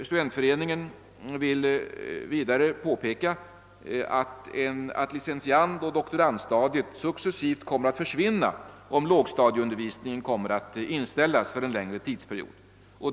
Studentföreningen vill också påpeka »att licentiandoch doktorandstadiet successivt kommer att försvinna, om lågstadieundervisningen kommer att inställas för en längre tidsperiod.